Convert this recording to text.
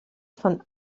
von